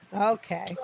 Okay